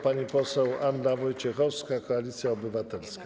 Pani poseł Anna Wojciechowska, Koalicja Obywatelska.